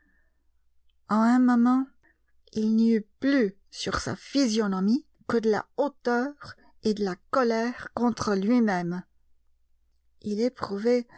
un moment il n'y eut plus sur sa physionomie que de la hauteur et de la colère contre lui-même il